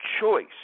choice